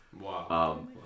Wow